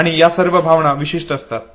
आणि या सर्व भावना विशिष्ट असतात